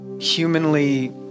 humanly